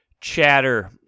chatter